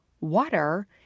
water